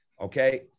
okay